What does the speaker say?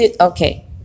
Okay